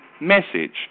message